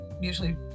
usually